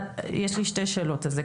יש לי שתי שאלות על זה.